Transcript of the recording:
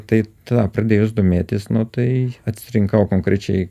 tai ta pradėjus domėtis nu tai atsirinkau konkrečiai